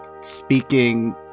speaking